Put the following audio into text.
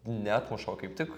neatmuša o kaip tik